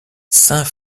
saint